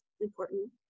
important